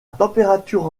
température